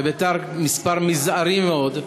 בביתר מספר זעיר מאוד,